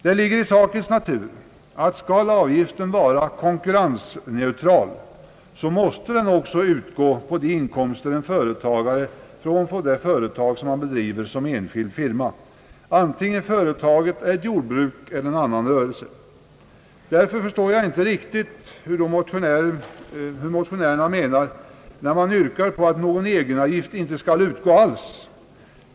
Det ligger i sakens natur att om avgiften skall vara konkurrensneutral, så måste den också utgå på de inkomster en företagare får från det företag han bedriver som enskild firma, vare sig företaget är ett jordbruk eller en annan rörelse. Därför förstår jag inte Ang. den ekonomiska politiken, m.m. riktigt motionärerna när de yrkar på att det inte skall tas ut några egenavgifter alls.